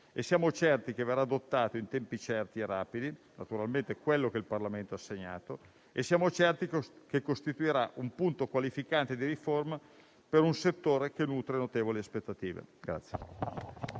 e siamo sicuri che verrà adottato in tempi certi e rapidi - naturalmente quelli che il Parlamento ha assegnato - e siamo altresì consapevoli che costituirà un punto qualificante di riforma per un settore che nutre notevole aspettative.